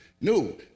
No